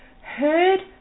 heard